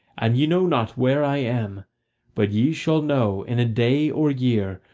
and ye know not where i am but ye shall know in a day or year,